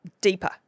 deeper